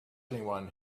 anyone